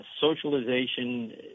socialization